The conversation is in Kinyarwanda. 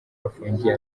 bafungiye